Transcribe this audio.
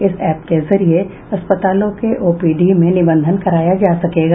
इस एप के जरिये अस्पतालों के ओपीडी में निबंधन कराया जा सकेगा